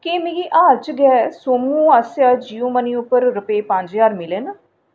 केह् मिगी हाल च गै सोमू आसेआ जियो मनी उप्पर रुपेऽ पंज ज्ह्रार मिले न